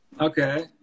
Okay